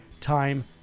Time